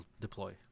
deploy